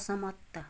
असमत्त